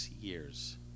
years